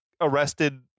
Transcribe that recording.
arrested